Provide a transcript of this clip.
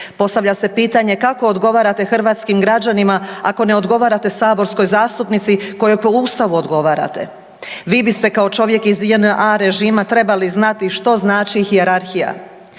Postavlja se pitanje, kako odgovarate hrvatskim građanima ako ne odgovarate saborskoj zastupnici kojoj po Ustavu odgovarate? Vi biste kao čovjek iz JNA režima trebali znati što znači hijerarhija.